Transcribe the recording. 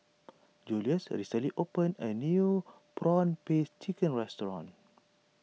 Julious recently opened a new Prawn Paste Chicken restaurant